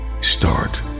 Start